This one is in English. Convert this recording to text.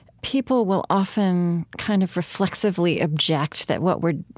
people will often kind of reflexively object that what we're,